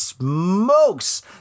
smokes